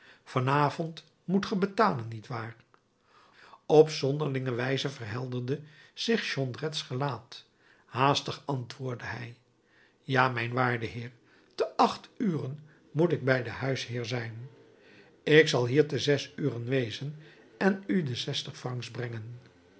avond moet ge betalen niet waar op zonderlinge wijze verhelderde zich jondrettes gelaat haastig antwoordde hij ja mijn waarde heer te acht uren moet ik bij den huisheer zijn ik zal hier te zes uren wezen en u de zestig francs brengen